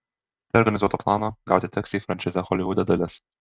tai organizuoto plano gauti taksi franšizę holivude dalis